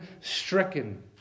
stricken